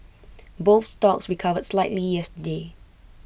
both stocks recovered slightly yesterday